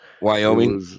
Wyoming